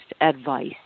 advice